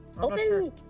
open